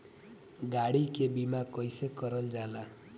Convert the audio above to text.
गाड़ी के बीमा कईसे करल जाला?